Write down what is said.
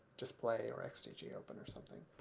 display or xdg-open or something.